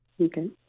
Okay